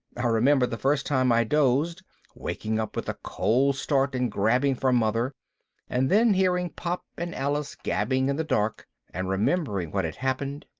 i remember the first time i dozed waking up with a cold start and grabbing for mother and then hearing pop and alice gabbing in the dark, and remembering what had happened,